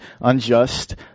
unjust